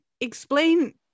explain